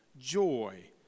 joy